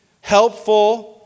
helpful